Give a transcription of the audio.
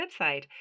website